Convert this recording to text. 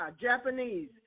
Japanese